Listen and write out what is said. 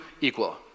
equal